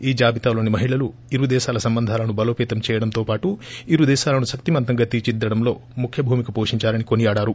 ఈ జాబితాలోని మహిళలు ఇరు దేశాల సంబంధాలను బలోపతం చేయడం తో వాటు ఇరు దేశాలను శక్తిమంతంగా తీర్పిదిద్దడంలో ముఖ్య భూమిక పోషించారని కొనియాడారు